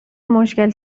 مشکل